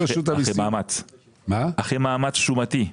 אחרי מאמץ שומתי.